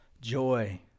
joy